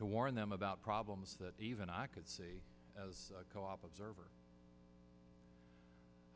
to warn them about problems that even i could see as a co op observer